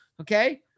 Okay